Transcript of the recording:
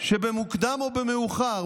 שבמוקדם או במאוחר,